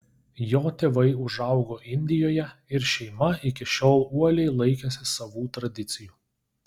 jo tėvai užaugo indijoje ir šeima iki šiol uoliai laikėsi savų tradicijų